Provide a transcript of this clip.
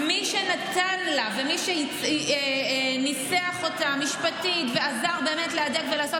מי שנתן ומי שניסח אותה משפטית ועזר באמת להדק ולעשות